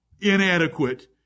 inadequate